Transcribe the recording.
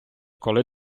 коли